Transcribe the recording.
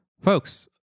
Folks